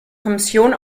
kommission